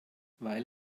weil